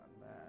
man